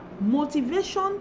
motivation